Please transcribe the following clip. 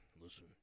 listen